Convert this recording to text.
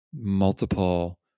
multiple